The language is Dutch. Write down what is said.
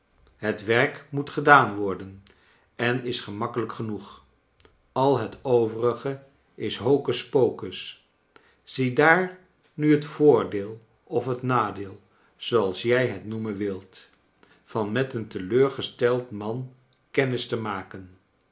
het werk moet gedaan worden en is gemakkelijk genoeg al het overige is hocuspocus ziedaar nu het voordeel of het nadeel zooals jij het noemen wilt van met een teleurgesteld man kennis te maken